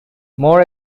more